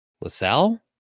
LaSalle